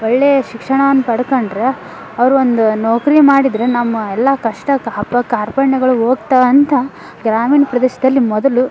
ಒಳ್ಳೆಯ ಶಿಕ್ಷಣವನ್ನು ಪಡ್ಕೊಂಡ್ರೆ ಅವ್ರು ಒಂದು ನೌಕ್ರಿ ಮಾಡಿದರೆ ನಮ್ಮ ಎಲ್ಲ ಕಷ್ಟ ಕಾರ್ಪಣ್ಯಗಳು ಹೋಗ್ತಾವಂತ ಗ್ರಾಮೀಣ ಪ್ರದೇಶದಲ್ಲಿ ಮೊದಲು